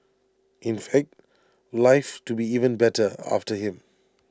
in fact life to be even better after him